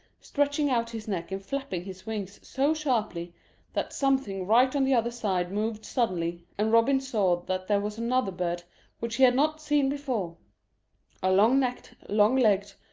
stretching out his neck and flapping his wings so sharply that something right on the other side moved suddenly, and robin saw that there was another bird which he had not seen before a long-necked, long-legged,